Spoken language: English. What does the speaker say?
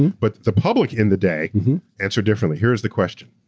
but the public in the day answered differently. here is the question.